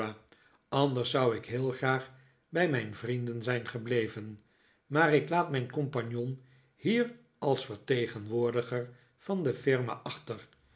anders zou ik heel graag bij mijn vrienden zijn gebleven maar ik laat mijn compagnon hier als vertegenwoordiger van de firma achter